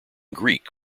greek